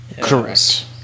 Correct